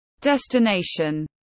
destination